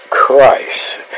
Christ